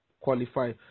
qualify